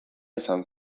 izan